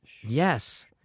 Yes